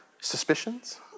suspicions